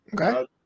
Okay